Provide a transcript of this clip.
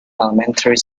elementary